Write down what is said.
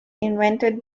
invented